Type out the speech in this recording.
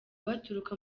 baturuka